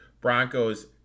Broncos